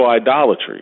idolatry